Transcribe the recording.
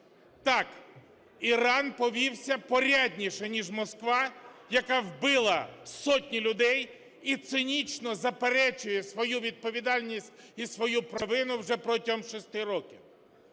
Так, Іран повівся порядніше ніж Москва, яка вбила сотні людей і цинічно заперечує свою відповідальність і свою провину вже протягом 6 років.